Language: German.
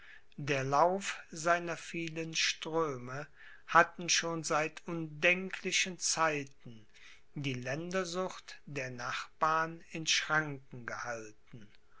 der lauf seiner vielen ströme hatten schon seit undenklichen zeiten die ländersucht der nachbarn in schranken gehalten